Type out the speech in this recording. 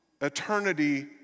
Eternity